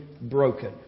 broken